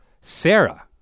Sarah